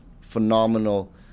phenomenal